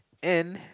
and